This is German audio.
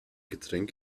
getränk